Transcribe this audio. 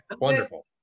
wonderful